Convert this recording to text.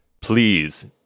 please